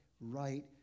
right